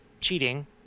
cheating